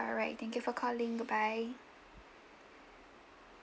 alright thank you for calling goodbye